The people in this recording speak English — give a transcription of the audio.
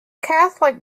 catholic